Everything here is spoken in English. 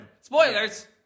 Spoilers